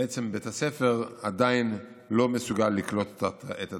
בעצם, בית הספר עדיין לא מסוגל לקלוט את התלמידים.